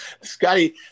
Scotty